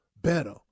better